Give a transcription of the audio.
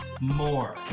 more